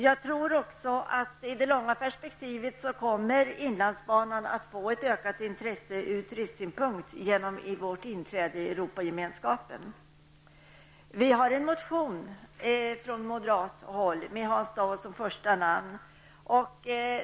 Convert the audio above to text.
Jag tror också att det i det långa perspektivet kommer att bli ett ökat intresse ur turistsynpunkt genom vårt inträde i den europeiska gemenskapen. Vi har väckt en motion från moderat håll, med Hans Dau som första namn.